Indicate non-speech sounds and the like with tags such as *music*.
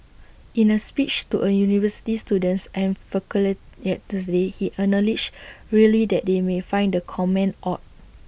in A speech to A university students and *unintelligible* yet Tuesday he acknowledged *noise* really that they may find the comment odd